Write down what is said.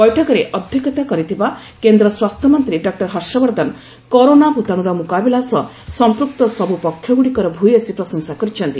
ବୈଠକରେ ଅଧ୍ୟକ୍ଷତା କରିଥିବା କେନ୍ଦ୍ର ସ୍ୱାସ୍ଥ୍ୟ ମନ୍ତ୍ରୀ ଡକ୍ଟର ହର୍ଷବର୍ଦ୍ଧନ କରୋନା ଭୂତାଣୁର ମୁକାବିଲା ସହ ସମ୍ପୂକ୍ତ ସବୁ ପକ୍ଷଗୁଡ଼ିକର ଭୟସୀ ପ୍ରଶଂସା କରିଛନ୍ତି